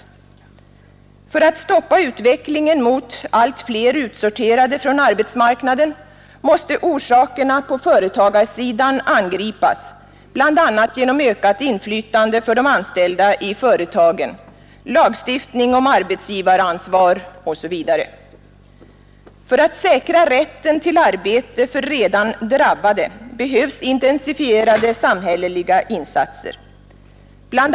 För att man skall kunna stoppa utvecklingen mot allt fler utsorterade från arbetsmarknaden måste orsakerna på företagarsidan angripas, bl.a. genom ökat inflytande för de anställda i företagen, lagstiftning om arbetsgivaransvar osv. För att säkra rätten till arbete för redan drabbade behövs intensifierade samhälleliga insatser. Bl.